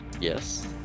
Yes